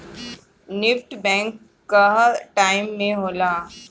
NEFT bank कअ time में होला